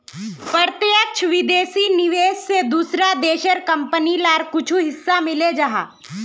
प्रत्यक्ष विदेशी निवेश से दूसरा देशेर कंपनी लार कुछु हिस्सा मिले जाहा